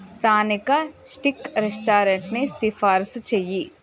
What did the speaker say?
స్థానిక స్టీక్ రెస్టారెంట్ని సిఫార్సు చెయ్యి